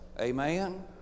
amen